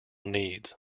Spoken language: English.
needs